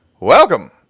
welcome